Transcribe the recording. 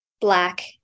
Black